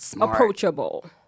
approachable